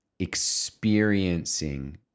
experiencing